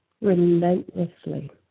relentlessly